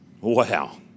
Wow